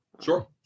Sure